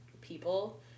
people